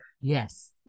Yes